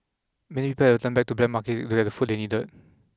many people had to turn to the black market to get the food they needed